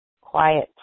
quiet